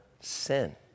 sin